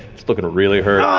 it's looking really hurt.